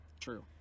true